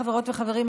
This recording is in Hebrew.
חברות וחברים,